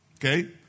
Okay